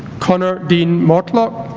connor dean mortlock